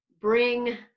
bring